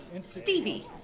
Stevie